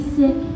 sick